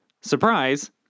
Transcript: surprise